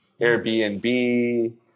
airbnb